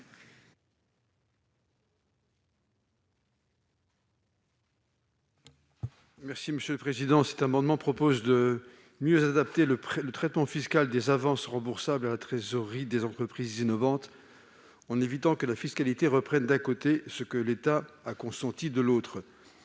Mizzon. Le présent amendement a pour objet de mieux adapter le traitement fiscal des avances remboursables à la trésorerie des entreprises innovantes, en évitant que la fiscalité reprenne d'un côté ce que l'État a consenti de l'autre.